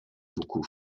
beaucoup